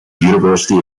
university